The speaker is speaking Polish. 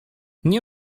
nie